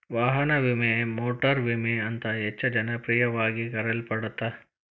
ವಾಹನ ವಿಮೆ ಮೋಟಾರು ವಿಮೆ ಅಂತ ಹೆಚ್ಚ ಜನಪ್ರಿಯವಾಗಿ ಕರೆಯಲ್ಪಡತ್ತ